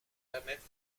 permettre